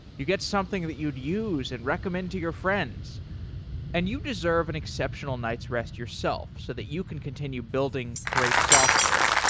you get something that you'd use and recommend to your friends and you deserve an exceptional night's rest yourself so that you can continue building great software.